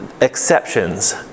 exceptions